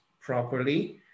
properly